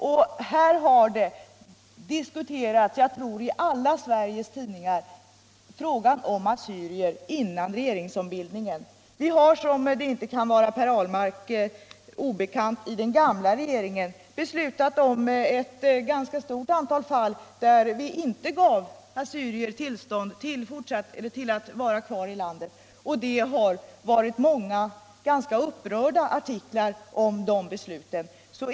Och jag tror att i alla Sveriges tidningar har frågan om assyrier diskuterats före regeringsombildningen. Vi har, det kan inte vara Per Ahlmark obekant, i den gamla regeringen beslutat om ett ganska stort antal fall där vi inte gett assyrier tillstånd att vara kvar i landet, och det har varit många ganska upprörda artiklar om de besluten.